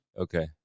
Okay